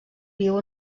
viu